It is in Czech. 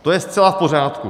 To je zcela v pořádku.